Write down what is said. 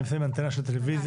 אם שמים אנטנה של טלוויזיה,